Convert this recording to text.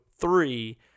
three